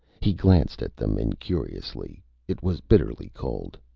he glanced at them incuriously. it was bitterly cold.